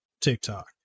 TikTok